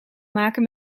maken